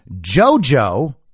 Jojo